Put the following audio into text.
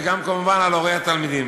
וגם כמובן על הורי התלמידים.